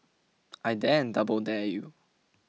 I dare double dare you